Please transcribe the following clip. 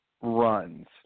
runs